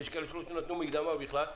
יש מי שלא נתנו מקדמה בכלל,